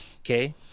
okay